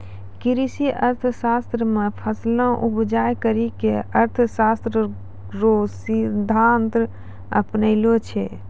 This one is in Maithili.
कृषि अर्थशास्त्र मे फसलो उपजा करी के अर्थशास्त्र रो सिद्धान्त अपनैलो छै